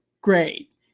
Great